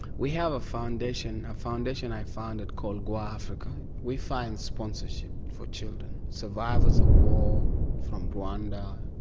we have a foundation, a foundation i founded called gua africa, we find sponsorship for children, survivors of war from rwanda,